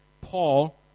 Paul